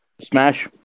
Smash